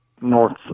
North